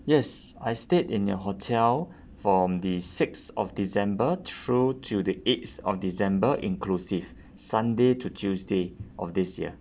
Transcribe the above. yes I stayed in your hotel from the sixth of december through to the eighth of december inclusive sunday to tuesday of this year